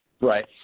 Right